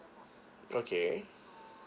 okay